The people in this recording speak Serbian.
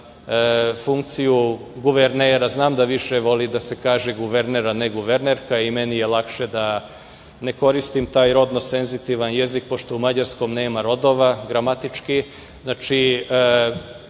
funkciju guvernera. Znam da više voli da se kaže guverner, a ne guvernerka. I meni je lakše da ne koristim taj rodno senzitivan jezik, pošto u mađarskom nema rodova gramatički,